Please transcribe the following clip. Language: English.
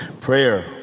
Prayer